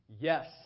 yes